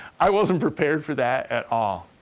i wasn't prepared for that at all.